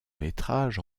métrage